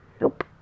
Nope